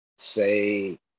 Say